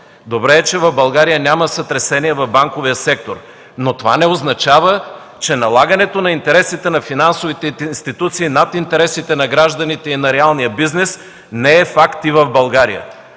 Добре е, че в България няма сътресения в банковия сектор, но това не означава, че налагането на интересите на финансовите институции над интересите на гражданите и на реалния бизнес не е факт и в България.